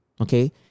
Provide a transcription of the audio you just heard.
okay